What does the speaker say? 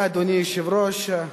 אדוני היושב-ראש,